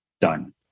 done